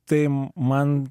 tai man